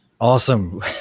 Awesome